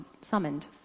summoned